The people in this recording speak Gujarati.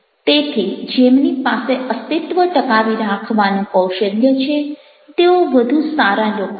તેથી જેમની પાસે અસ્તિત્વ ટકાવી રાખવાનું કૌશલ્ય છે તેઓ વધુ સારા લોકો છે